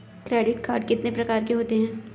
Credit card कितने प्रकार के होते हैं?